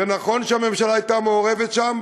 זה נכון שהממשלה הייתה מעורבת שם,